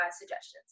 suggestions